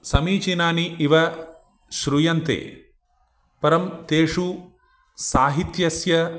समीचीनानि इव श्रूयन्ते परं तेषु साहित्यस्य